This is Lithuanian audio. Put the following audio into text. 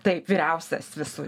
taip vyriausias visų